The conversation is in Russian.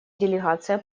делегация